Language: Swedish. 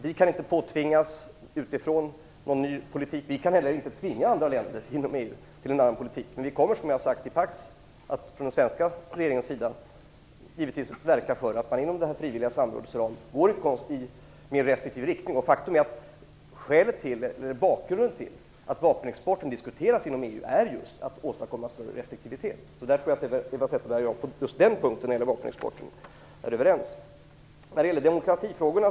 Vi kan inte påtvingas någon ny politik utifrån. Vi kan heller inte tvinga andra länder inom EU att föra en annan politik, men från den svenska regeringens sida kommer vi, som jag har sagt i PAX, givetvis att verka för att man inom den frivilliga samrådsramen skall gå mot en mer restriktiv riktning. Skälet till att vapenexporten diskuteras inom EU är just att man vill åstadkomma en större restriktivitet. Jag tror att Eva Zetterberg och jag är överens på den punkten när det gäller vapenexporten. Eva Zetterberg tog upp demokratifrågorna.